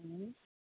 હ